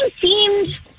seems